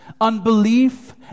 unbelief